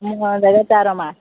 ଚାରି ମାସ